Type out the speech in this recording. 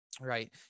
Right